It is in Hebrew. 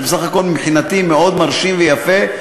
שבסך הכול מבחינתי הוא מאוד מרשים ויפה,